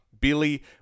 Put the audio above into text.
Billy